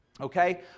Okay